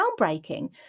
groundbreaking